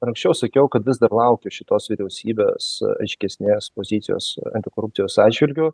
ir anksčiau sakiau kad vis dar laukiu šitos vyriausybės aiškesnės pozicijos antikorupcijos atžvilgiu